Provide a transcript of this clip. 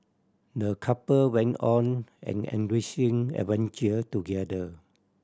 the couple went on an enriching adventure together